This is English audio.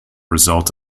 result